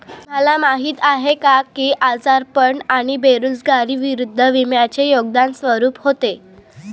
तुम्हाला माहीत आहे का की आजारपण आणि बेरोजगारी विरुद्ध विम्याचे योगदान स्वरूप होते?